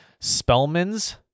Spellman's